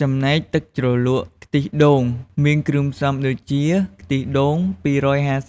ចំណែកទឹកជ្រលក់ខ្ទិះដូងមានគ្រឿងផ្សំដូចជា ខ្ទិះដូង ២៥